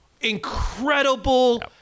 incredible